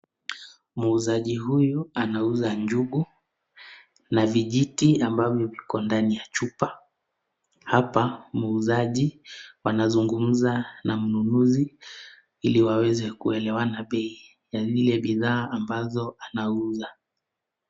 Muuzaji huyu anauza njugu, na vijiti ambavyo viko ndani ya chupa, hapa muuzaji wanazungumza na mnunuzi ili waweze kuelewana bei ya zile bidhaa ambazo anauza.